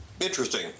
Interesting